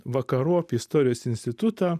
vakarop į istorijos institutą